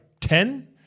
ten